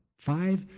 five